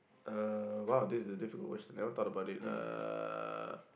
uh !wow! this is a difficult question never thought about it uh